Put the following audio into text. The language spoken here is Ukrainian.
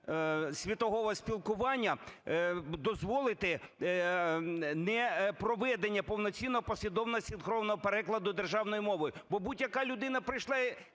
світового спілкування", дозволити непроведення повноцінного послідовного синхронного перекладу державною мовою. Бо будь-яка людина прийшла,